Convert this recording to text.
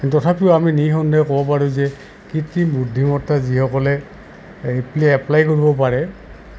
কিন্তু তথাপিও আমি নিঃসন্দেহে ক'ব পাৰোঁ যে কৃত্ৰিম বুদ্ধিমত্তা যিসকলে এপ্লাই কৰিব পাৰে